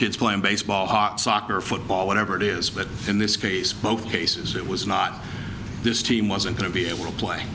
kids playing baseball soccer football whatever it is but in this case both cases it was not this team wasn't going to be able to play